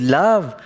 love